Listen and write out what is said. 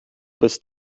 bist